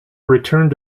returned